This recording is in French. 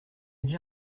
dis